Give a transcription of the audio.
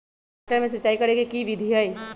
टमाटर में सिचाई करे के की विधि हई?